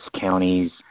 counties